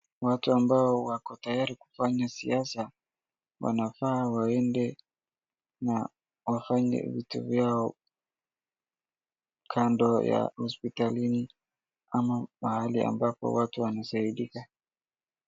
Watu amabao wako tayari kufanya siasa, wanafaa waende na wafanye vitu vyao kando ya hosipitalini ama mahali ambapo watu wanasaidika.